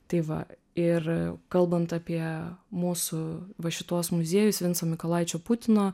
tai va ir kalbant apie mūsų va šituos muziejus vinco mykolaičio putino